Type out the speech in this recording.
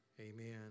Amen